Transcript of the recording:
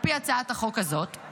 על פי הצעת החוק הזאת,